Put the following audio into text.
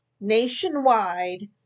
nationwide